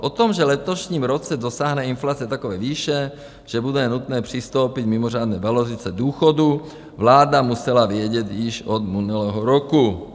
O tom, že v letošním roce dosáhne inflace takové výše, že bude nutné přistoupit k mimořádné valorizaci důchodů, vláda musela vědět již od minulého roku.